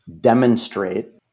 demonstrate